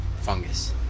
fungus